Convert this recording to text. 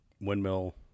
windmill